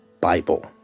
Bible